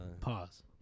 Pause